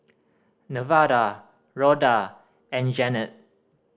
Nevada Rhoda and Jeanette